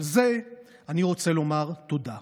על זה אני רוצה לומר תודה.